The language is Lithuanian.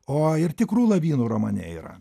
o ir tikrų lavinų romane yra